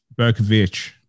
Berkovich